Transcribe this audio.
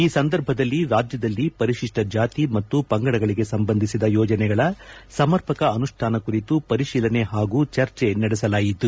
ಈ ಸಂದರ್ಭದಲ್ಲಿ ರಾಜ್ಯದಲ್ಲಿ ಪರಿಶಿಷ್ಟ ಜಾತಿ ಮತ್ತು ಪಂಗಡಗಳಿಗೆ ಸಂಬಂಧಿಸಿದ ಯೋಜನೆಗಳ ಸಮರ್ಪಕ ಅನುಷ್ಠಾನ ಕುರಿತು ಪರಿಶೀಲನೆ ಹಾಗೂ ಚರ್ಚೆ ನಡೆಸಲಾಯಿತು